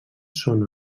són